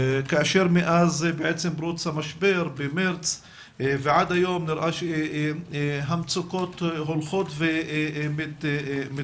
כאשר מאז פרוץ המשבר במרץ ועד היום נראה שהמצוקות הולכות ומתגברות.